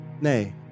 Nay